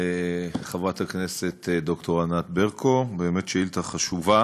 חברת הכנסת ד"ר ענת ברקו, באמת שאילתה חשובה.